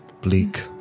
Bleak